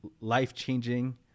life-changing